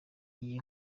iyi